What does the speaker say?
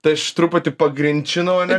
tai aš truputį pagrinčinau ane